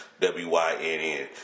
W-Y-N-N